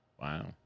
Wow